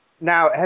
Now